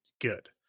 good